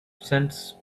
cents